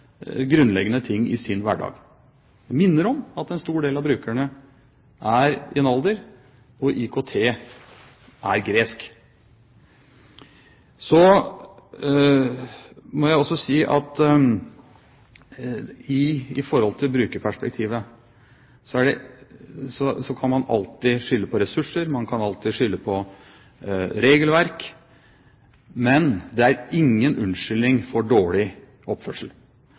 grunnleggende ting i hverdagen? Jeg minner om at en stor del av brukerne er i en alder hvor IKT er gresk. Så må jeg også si at i forhold til brukerperspektivet kan man alltid skylde på ressurser, man kan alltid skylde på regelverk, men det er ingen unnskyldning for dårlig oppførsel.